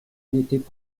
n’étaient